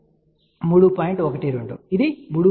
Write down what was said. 12 ఇది 3